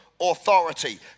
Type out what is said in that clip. authority